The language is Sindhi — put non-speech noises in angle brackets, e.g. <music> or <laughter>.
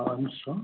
<unintelligible>